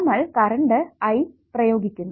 നമ്മൾ current I പ്രയോഗിക്കുന്നു